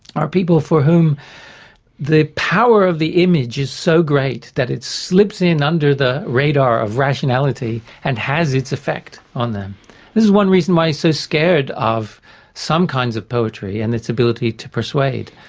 are people for whom the power of the image is so great that it slips in under the radar of rationality and has its effect on them. this is one reason why he's so scared of some kinds of poetry and its ability to persuade.